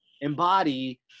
embody